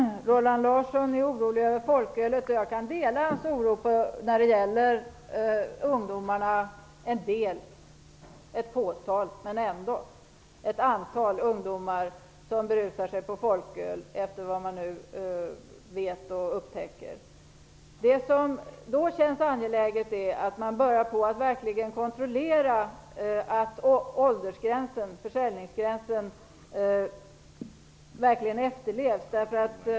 Fru talman! Roland Larsson är orolig över folkölet, och jag kan dela hans oro när det gäller ungdomarna. Det gäller i första hand ett fåtal ungdomar - men ändå - som berusar sig på folköl, efter vad man nu vet. Det som då känns angeläget är att man verkligen kontrollerar att åldersgränsen efterlevs.